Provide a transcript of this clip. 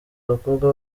abakobwa